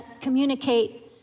communicate